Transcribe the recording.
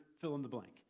fill-in-the-blank